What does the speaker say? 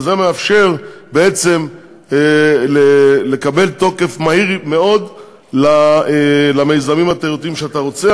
וזה מאפשר לקבל במהירות רבה מאוד תוקף למיזמים התיירותיים שאתה רוצה,